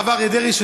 הרב אריה דרעי,